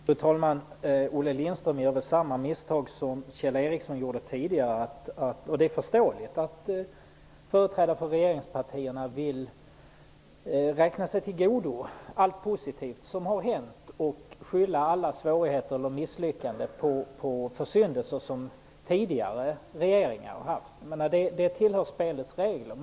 Fru talman! Olle Lindström gjorde samma misstag som Kjell Ericsson tidigare gjorde, vilket är förståeligt. Företrädare för regeringspartierna vill räkna sig till godo allt positivt som har hänt och vill skylla alla svårigheter, misslyckanden och försyndelser på tidigare regeringar. Det tillhör spelets regler.